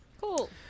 Cool